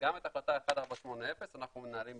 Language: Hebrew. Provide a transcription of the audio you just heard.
גם את החלטה 1480 אנחנו מנהלים במשרד.